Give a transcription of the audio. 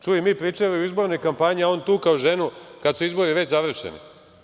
Čuj, mi pričali u izbornoj kampanji, a on tukao ženu kada su izbori već završeni.